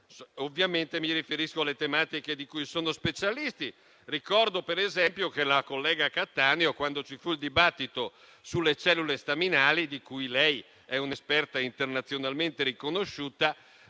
Ovviamente, mi riferisco alle tematiche di cui sono specialisti. Ricordo, per esempio, che la collega Cattaneo, quando ci fu il dibattito sulle cellule staminali, di cui lei è un'esperta internazionalmente riconosciuta,